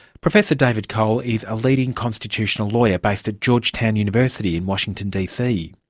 professor david cole is a leading constitutional lawyer based at georgetown university in washington dc.